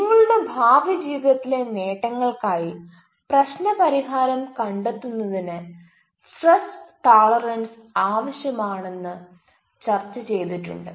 നിങ്ങളുടെ ഭാവിജീവിതത്തിലെ നേട്ടങ്ങൾക്കായി പ്രശ്ന പരിഹാരം കണ്ടെത്തുന്നതിന് സ്ട്രെസ് ടോളറൻസ് ആവിശ്യം ആണെന്ന് ചർച്ച ചെയ്തിട്ടുണ്ട്